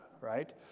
right